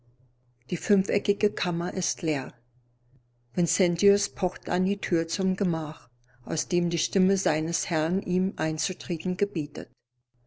die fünfeckige kammer ist leer vincentius pocht an die tür zum gemach aus dem die stimme seines herrn ihm einzutreten gebietet